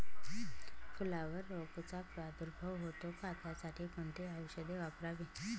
फुलावर रोगचा प्रादुर्भाव होतो का? त्यासाठी कोणती औषधे वापरावी?